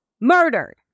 murdered